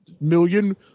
million